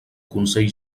consell